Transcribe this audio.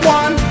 one